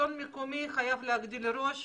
השלטון המקומי חייב להגדיל ראש,